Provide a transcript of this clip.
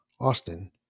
Austin